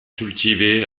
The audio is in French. cultivée